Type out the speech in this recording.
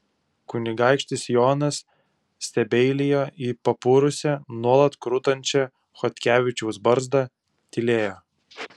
kunigaikštis jonas stebeilijo į papurusią nuolat krutančią chodkevičiaus barzdą tylėjo